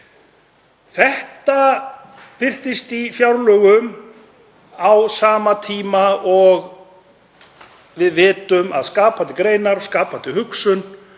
Þetta birtist í fjárlögum á sama tíma og við vitum að skapandi greinar og skapandi hugsun